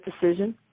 decision